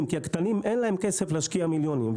כי לקטנים אין כסף להשקיע מיליונים,